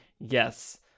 Yes